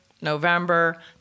November